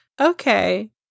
okay